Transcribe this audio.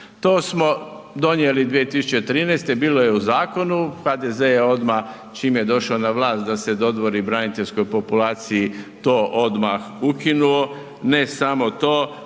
To smo donijeli 2013. bilo je u zakonu, HDZ je odmah čim je došao na vlast da se dodvori braniteljskoj populaciji to odmah ukinuo, ne samo to